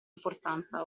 importanza